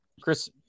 Chris